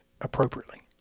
appropriately